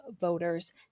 voters